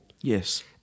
Yes